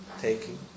Taking